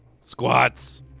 squats